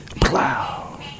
Plow